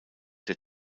der